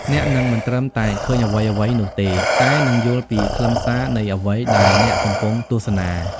អ្នកនឹងមិនត្រឹមតែឃើញអ្វីៗនោះទេ តែនឹង យល់ពីខ្លឹមសារ នៃអ្វីដែលអ្នកកំពុងទស្សនា។